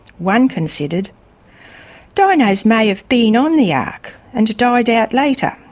one considered dinos may have been on the ark and died out later.